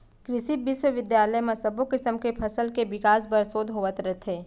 कृसि बिस्वबिद्यालय म सब्बो किसम के फसल के बिकास बर सोध होवत रथे